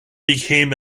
became